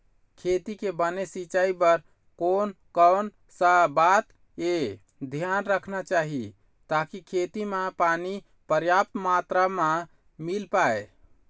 खेती के बने सिचाई बर कोन कौन सा बात के धियान रखना चाही ताकि खेती मा पानी पर्याप्त मात्रा मा मिल पाए?